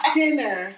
dinner